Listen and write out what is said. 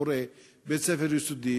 מורה בבית-ספר יסודי,